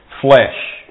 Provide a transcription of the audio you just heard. flesh